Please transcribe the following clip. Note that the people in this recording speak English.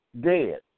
dead